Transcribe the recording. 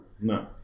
no